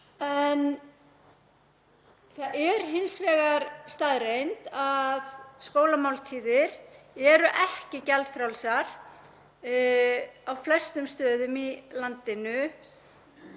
Það er hins vegar staðreynd að skólamáltíðir eru ekki gjaldfrjálsar á flestum stöðum í landinu